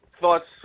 thoughts